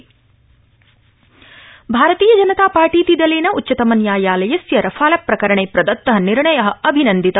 भाज दलम भारतीय जनता पार्टीति दलेन उच्चतमन्यायालयस्य रफाल प्रकरणे प्रदत्त निर्णय अभिनन्दित